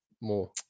More